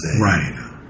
Right